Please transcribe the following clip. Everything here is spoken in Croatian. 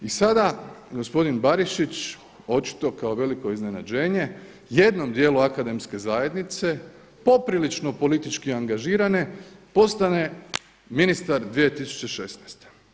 I sada gospodin Barišić očito kao veliko iznenađenje jednom dijelu akademske zajednice poprilično politički angažirane postane ministar 2016.